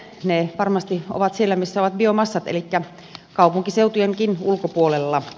ne varmasti ovat siellä missä ovat biomassat elikkä kaupunkiseutujenkin ulkopuolella